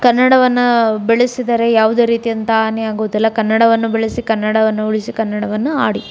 ಕನ್ನಡವನ್ನ ಬೆಳೆಸಿದರೆ ಯಾವುದೇ ರೀತಿಯಾದಂಥ ಹಾನಿಯಾಗುವುದಿಲ್ಲ ಕನ್ನಡವನ್ನು ಬೆಳೆಸಿ ಕನ್ನಡವನ್ನು ಉಳಿಸಿ ಕನ್ನಡವನ್ನು ಆಡಿ